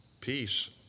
Peace